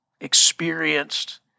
experienced